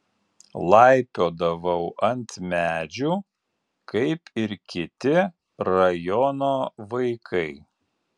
laipiodavau ant medžių kaip ir kiti rajono vaikai